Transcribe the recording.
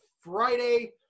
Friday